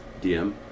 DM